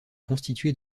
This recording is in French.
constituée